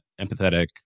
empathetic